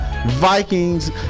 Vikings